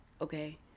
okay